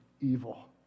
evil